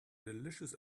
delicious